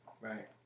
right